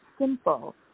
simple